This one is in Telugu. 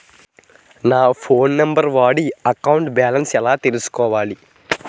నా ఫోన్ నంబర్ వాడి నా అకౌంట్ బాలన్స్ ఎలా తెలుసుకోవాలి?